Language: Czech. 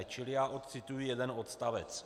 Čili já odcituji jeden odstavec.